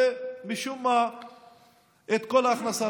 ומשום מה כל ההכנסה,